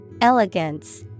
Elegance